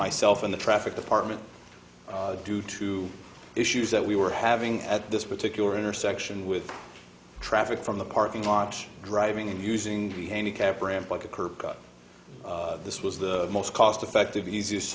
myself in the traffic department due to issues that we were having at this particular intersection with traffic from the parking march driving and using the handicap ramp like a curb cut this was the most cost effective easiest